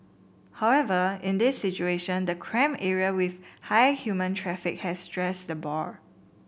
however in this situation the cramp area with high human traffic has stressed the boar